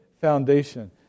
foundation